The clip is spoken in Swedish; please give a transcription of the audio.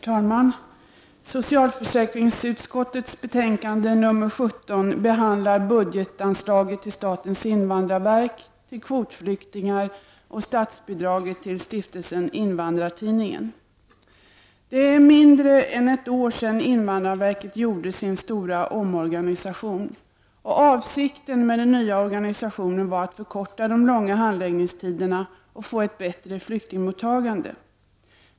Herr talman! Socialförsäkringsutskottets betänkande 17 behandlar budgetanslaget till statens invandrarverk, till kvotflyktingar och statsbidraget till Stiftelsen Invandrartidningen. Det är mindre än ett år sedan invandrarverket genomförde sin stora omorganisation. Avsikten med den nya organisationen var att förkorta de långa handläggningstiderna och få ett bättre flyktingmottagande.